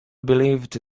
believed